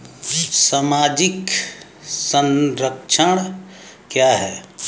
सामाजिक संरक्षण क्या है?